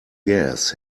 gas